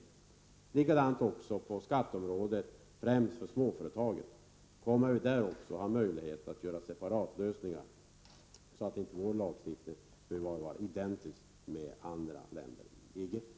Samma problem är det på skatteområdet, främst när det gäller småföretagen. Kommer vi också där att ha möjlighet att göra separata lösningar, så att inte vår lagstiftning behöver vara identisk med lagstiftningen i andra länder inom EG?